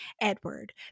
Edward